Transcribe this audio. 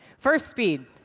first, speed.